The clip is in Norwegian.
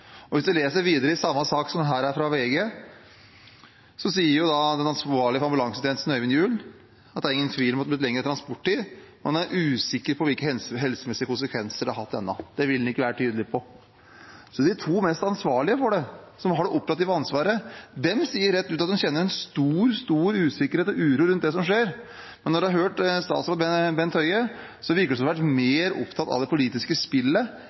Hvis man leser videre i samme sak, som er fra VG, sier den ansvarlige for ambulansetjenesten, Øyvind Juul, at det ikke er tvil om at det er blitt lengre transporttid, og at han er usikker på hvilke helsemessige konsekvenser det har hatt ennå. Det vil han ikke være tydelig på. De to mest ansvarlige, de som har det operative ansvaret, sier rett ut at de kjenner en stor usikkerhet og uro rundt det som skjer, men når man har hørt statsråd Bent Høie, virker det som om han har vært mer opptatt av det politiske spillet